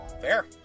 fair